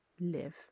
live